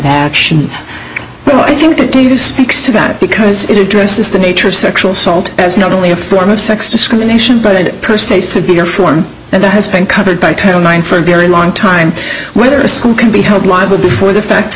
action but i think this speaks about it because it addresses the nature of sexual assault as not only a form of sex discrimination but it per se severe form and that has been covered by title nine for a very long time whether a school can be held liable before the fact or